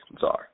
sorry